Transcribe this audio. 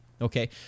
Okay